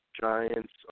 Giants